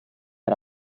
era